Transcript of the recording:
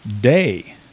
day